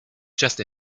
just